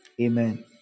Amen